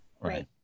right